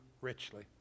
richly